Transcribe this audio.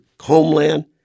homeland